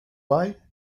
bye